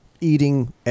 eating